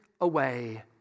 away